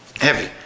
heavy